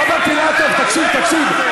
רוברט אילטוב, תקשיב, תקשיב.